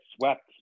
swept